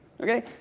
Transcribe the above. okay